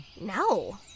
No